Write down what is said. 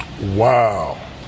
Wow